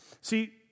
see